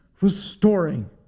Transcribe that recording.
restoring